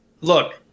look